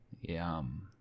Yum